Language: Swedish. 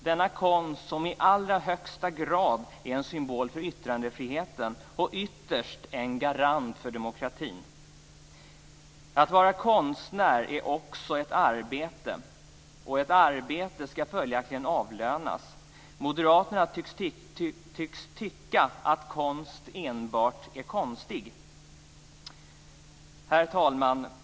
Denna konst är i allra högsta grad en symbol för yttrandefriheten och ytterst en garant för demokratin. Att vara konstnär är ett arbete, och ett arbete skall avlönas. Moderaterna förefaller tycka att konst enbart är konstig. Herr talman!